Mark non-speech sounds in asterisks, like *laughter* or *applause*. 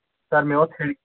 سَر مےٚ اوس *unintelligible*